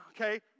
Okay